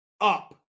up